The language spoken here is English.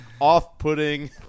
off-putting